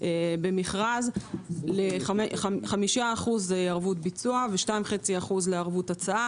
במכרז ל-5% ערבות ביצוע ול-2.5% לערבות הצעה.